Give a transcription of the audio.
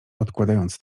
odkładając